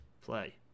Play